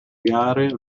gare